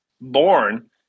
born